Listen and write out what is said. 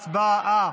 הצבעה.